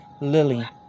Lily